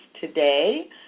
today